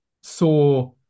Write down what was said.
saw